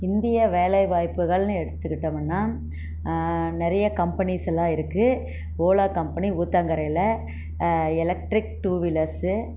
இந்திய வேலை வாய்ப்புகள்ன்னு எடுத்துகிட்டோம்னா நிறைய கம்பனிஸ்ஸுலாம் இருக்குது ஓலா கம்பனி ஊத்தங்கரையில் எலெக்ட்ரிக் டூவீலர்ஸ்